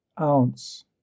ounce